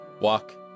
walk